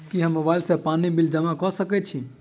की हम मोबाइल सँ पानि बिल जमा कऽ सकैत छी?